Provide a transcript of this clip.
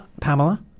pamela